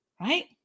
Right